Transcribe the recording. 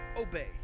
obey